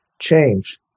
change